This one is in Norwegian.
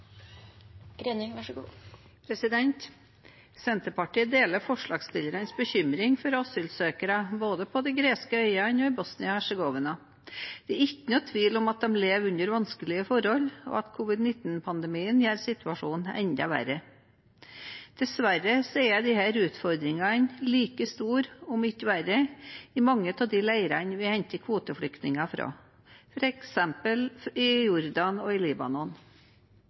Senterpartiet deler forslagsstillernes bekymring for asylsøkere, både på de greske øyene og i Bosnia-Hercegovina. Det er ikke noen tvil om at de lever under vanskelige forhold, og at covid-19-pandemien gjør situasjonen enda verre. Dessverre er disse utfordringene like store, om ikke verre, i mange av de leirene vi henter kvoteflyktninger fra, f.eks. i Jordan og i Libanon.